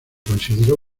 consideró